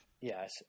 Yes